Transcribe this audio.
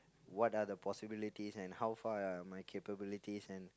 what are the possibilities and how far are my capabilities and